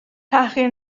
تحقیر